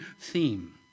theme